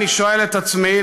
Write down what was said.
אני שואל את עצמי,